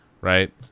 Right